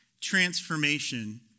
transformation